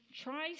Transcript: Try